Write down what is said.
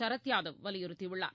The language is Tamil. சரத் யாதவ் வலியுறுத்தியுள்ளார்